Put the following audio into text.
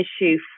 issue